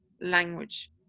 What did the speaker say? language